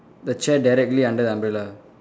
the chair directly under the umbrella